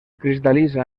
cristal·litza